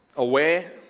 aware